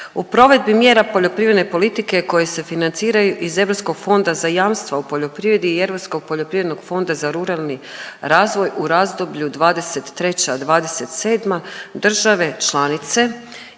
U provedbi mjera poljoprivredne politike koje se financiraju iz Europskog fonda za jamstava u poljoprivredi i Europskog poljoprivrednog fonda za ruralni razvoj u razdoblju '23.-'27. države članice